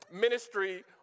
ministry